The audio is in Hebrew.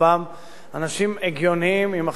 עם החלטות מאוד גורליות שהיו בידיהם,